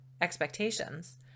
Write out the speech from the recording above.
Expectations